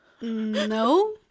No